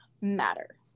matter